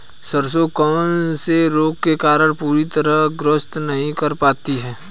सरसों कौन से रोग के कारण पूरी तरह ग्रोथ नहीं कर पाती है?